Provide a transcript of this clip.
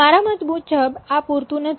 મારા મત મુજબ આ પૂરતું નથી